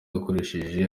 yakoresheje